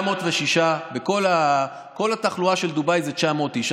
906. כל התחלואה של דובאי זה 900 איש.